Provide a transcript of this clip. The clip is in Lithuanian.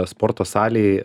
sporto salėj